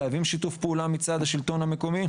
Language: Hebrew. חייבים שיתוף פעולה מצד השלטון המקומי,